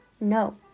No